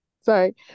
sorry